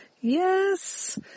yes